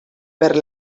per